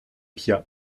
piat